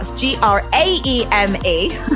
g-r-a-e-m-e